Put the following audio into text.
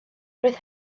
roedd